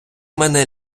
мене